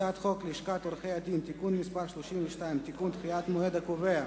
הצעת חוק לשכת עורכי-הדין (תיקון מס' 32) (תיקון) (דחיית המועד הקובע),